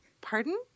Pardon